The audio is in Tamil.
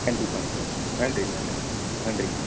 கண்டிப்பாங்க சார் நன்றி நன்றி நன்றிங்க சார்